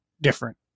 different